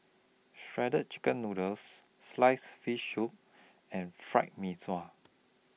Shredded Chicken Noodles Sliced Fish Soup and Fried Mee Sua